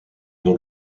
dans